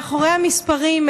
מאחורי המספרים,